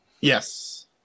Yes